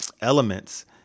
elements